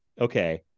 okay